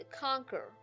conquer